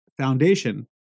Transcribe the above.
foundation